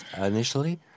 initially